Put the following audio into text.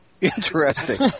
Interesting